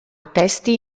testi